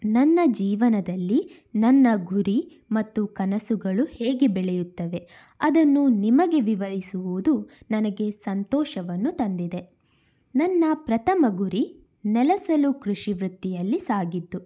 ನನ್ನ ಜೀವನದಲ್ಲಿ ನನ್ನ ಗುರಿ ಮತ್ತು ಕನಸುಗಳು ಹೇಗೆ ಬೆಳೆಯುತ್ತವೆ ಅದನ್ನು ನಿಮಗೆ ವಿವರಿಸುವುದು ನನಗೆ ಸಂತೋಷವನ್ನು ತಂದಿದೆ ನನ್ನ ಪ್ರಥಮ ಗುರಿ ನೆಲಸಲು ಕೃಷಿ ವೃತ್ತಿಯಲ್ಲಿ ಸಾಗಿದ್ದು